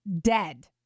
dead